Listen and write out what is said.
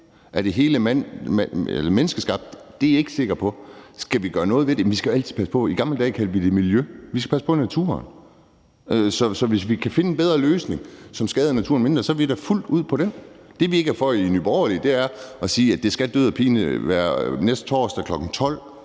Er det hele menneskeskabt? Det er jeg ikke sikker på. Skal vi gøre noget ved det? Vi skal jo altid passe på. I gamle dage kaldte vi det miljø. Vi skal passe på naturen. Så hvis vi kan finde en bedre løsning, som skader naturen mindre, er vi da fuldt ud med på den. Det, vi ikke er for, i Nye Borgerlige, er at sige, at det skal død og pine være næste torsdag kl. 12.00,